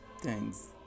Thanks